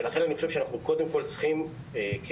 אני חושב שאנחנו קודם כל צריכים כמדינה,